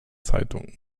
zeitungen